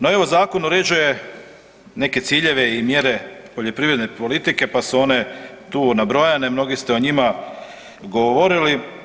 No evo zakon uređuje neke ciljeve i mjere poljoprivredne politike pa su one tu nabrojane, mnogi ste o njima govorili.